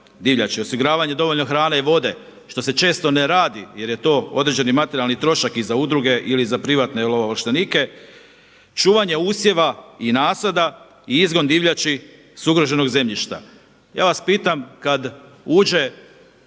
divljači, osiguravanje dovoljno hrane i vode što se često ne radi jer je to određeni materijalni trošak i za udruge ili za privatne ovlaštenike, čuvanja usjeva i nasada i izgon divljači s ugroženog zemljišta. Ja vas pitam kad uđe